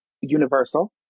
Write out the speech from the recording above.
universal